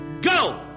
go